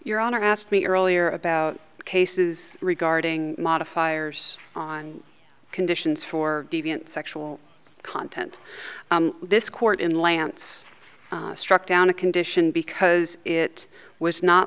your honor asked me earlier about cases regarding modifiers on conditions for deviant sexual content this court in lantz struck down a condition because it was not